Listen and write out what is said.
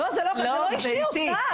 זה לא אישי אסנת.